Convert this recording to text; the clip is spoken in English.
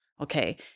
okay